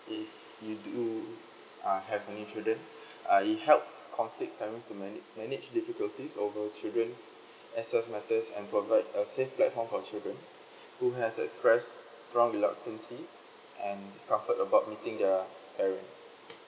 if you do uh have any children uh it helps conflict parents to mana~ manage difficulties over children access matters and provide a safe platform for children who has expressed and discomfort about meeting their parents